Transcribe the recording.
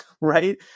right